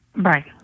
right